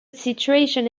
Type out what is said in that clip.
situation